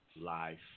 Life